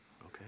Okay